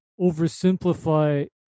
oversimplify